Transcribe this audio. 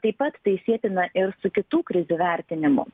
taip pat tai sietina ir su kitų krizių vertinimu